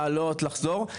לעלות ולחזור,